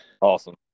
Awesome